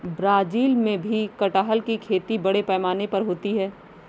Brazil में भी कटहल की खेती बड़े पैमाने पर होती है